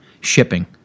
shipping